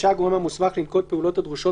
רשאי הגורם המוסמך לנקוט פעולות הדרושות